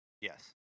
Yes